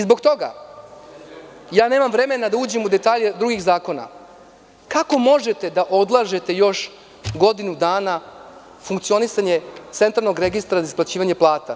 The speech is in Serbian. Zbog toga, nemam vremena da uđem u detalja drugih zakona, kako možete da odlažete još godinu dana funkcionisanje centralnog registra za isplaćivanje plate.